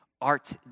Art